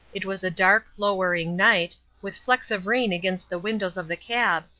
it was a dark, lowering night, with flecks of rain against the windows of the cab,